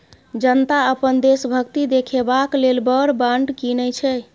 जनता अपन देशभक्ति देखेबाक लेल वॉर बॉड कीनय छै